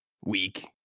Weak